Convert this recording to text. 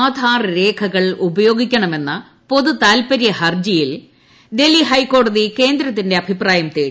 ആധാർ രേഖകൾ ഉപയോഗിക്കണമെന്ന പൊതു താല്പര്യ ഹർജിയിൽ ഡൽഹി ഹൈക്കോടതി കേന്ദ്രത്തിന്റെ അഭിപ്രായം തേടി